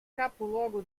capoluogo